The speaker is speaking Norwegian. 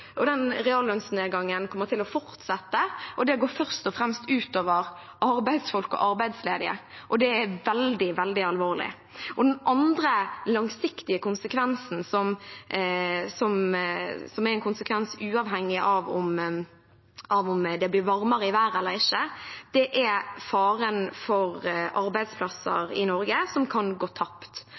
fortsette, og det går først og fremst ut over arbeidsfolk og arbeidsledige, og det er veldig alvorlig. Den andre langsiktige konsekvensen, som er en konsekvens som er uavhengig av om det blir varmere i været eller ikke, er faren for at arbeidsplasser i Norge kan gå tapt.